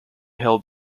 held